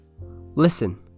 listen